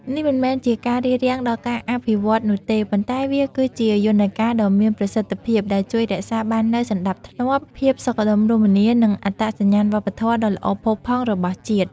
នេះមិនមែនជាការរារាំងដល់ការអភិវឌ្ឍន៍នោះទេ ប៉ុន្តែវាគឺជា យន្តការដ៏មានប្រសិទ្ធភាព ដែលជួយរក្សាបាននូវ សណ្ដាប់ធ្នាប់ ភាពសុខដុមរមនា និងអត្តសញ្ញាណវប្បធម៌ ដ៏ល្អផូរផង់របស់ជាតិ។